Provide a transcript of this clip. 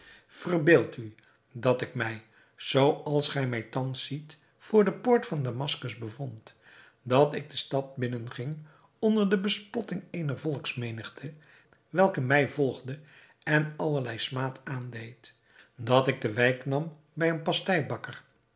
verbeeld u dat ik mij zoo als gij mij thans ziet voor de poort van damaskus bevond dat ik de stad binnen ging onder de bespotting eener volksmenigte welke mij volgde en allerlei smaad aandeed dat ik de wijk nam bij een